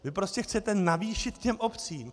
Vy prostě chcete navýšit těm obcím.